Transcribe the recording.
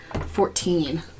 Fourteen